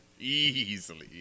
Easily